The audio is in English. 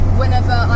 whenever